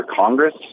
congress